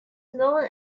known